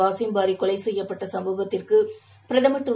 வாசிம் பாரி கொலை செய்யப்பட்ட சம்பவத்திற்கு பிரதமர் திரு